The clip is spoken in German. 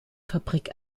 fabrik